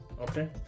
Okay